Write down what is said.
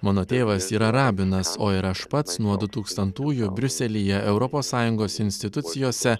mano tėvas yra rabinas o ir aš pats nuo du tūkstantųjų briuselyje europos sąjungos institucijose